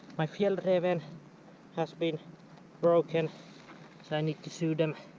my fjallraven has been broken so i need to sew them